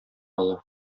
ала